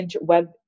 web